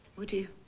would you?